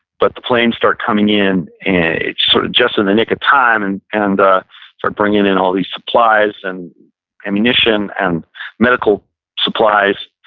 but the planes start coming in and sort of just in the nick of time and and start bringing in all these supplies and ammunition and medical supplies.